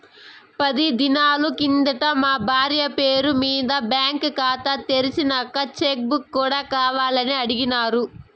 పది దినాలు కిందట మా బార్య పేరు మింద బాంకీ కాతా తెర్సినంక చెక్ బుక్ కూడా కావాలని అడిగిన్నాను